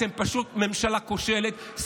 אתם פשוט ממשלה כושלת,